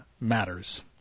matters